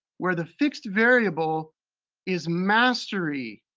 where the fixed variable is mastery,